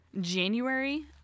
January